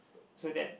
so that